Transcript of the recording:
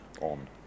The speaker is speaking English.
on